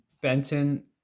Benton